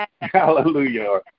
Hallelujah